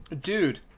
Dude